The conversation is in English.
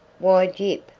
why, gyp,